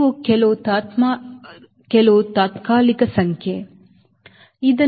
ಇವು ಕೆಲವು ತಾತ್ಕಾಲಿಕ ಸಂಖ್ಯೆ ಸರಿ